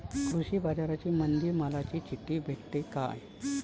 कृषीबाजारामंदी मालाची चिट्ठी भेटते काय?